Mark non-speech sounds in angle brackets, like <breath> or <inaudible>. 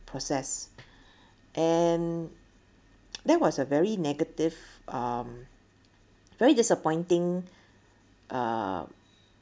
process <breath> and there was a very negative um very disappointing uh